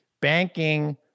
banking